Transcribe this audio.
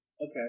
Okay